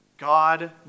God